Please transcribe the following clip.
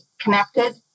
connected